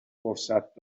فرصت